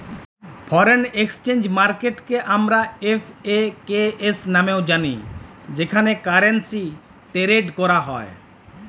foreign exchange মার্কেটকে আমরা এফ.এ.কে.এস লামেও জালি যেখালে কারেলসি টেরেড ক্যরা হ্যয়